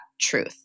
truth